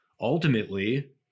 ultimately